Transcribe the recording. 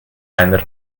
einer